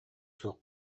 суох